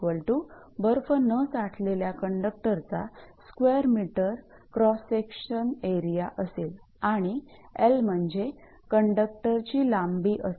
𝐴𝑛𝑖 बर्फ न साठलेला कंडक्टरचा स्क्वेअर मीटरक्रॉस सेक्शन एरिया असेल आणि 𝑙 म्हणजे कंडक्टरची लांबी असेल